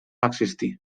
existí